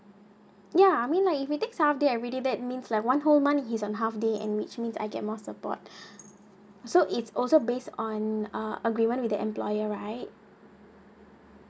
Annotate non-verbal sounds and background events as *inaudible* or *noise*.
ya I mean like if we take half day everyday that means like one whole month is a half day and which means I get more support *breath* so it's also based on uh agreement with the employer right